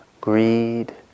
greed